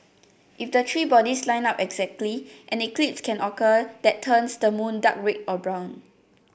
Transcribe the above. if the three bodies line up exactly an eclipse can occur that turns the moon dark red or brown